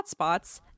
hotspots